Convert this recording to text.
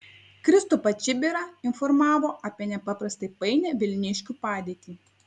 kristupą čibirą informavo apie nepaprastai painią vilniškių padėtį